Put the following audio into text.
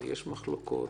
מחלוקות,